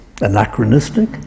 anachronistic